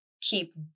keep